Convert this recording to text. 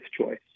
choice